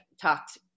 talked